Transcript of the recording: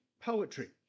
poetry